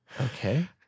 Okay